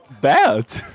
Bad